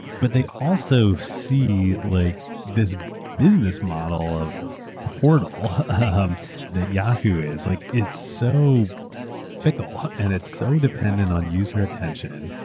but they also see like this business model of ah portal ah um that yahoo! is. like it's so fickle, and it's so dependent on user attention,